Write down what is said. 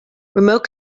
remote